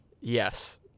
Yes